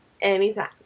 Anytime